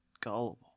gullible